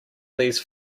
these